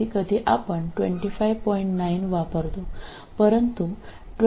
9 ഉപയോഗിക്കുന്നു എന്നാൽ ഇത് 25 mv മതിയാകും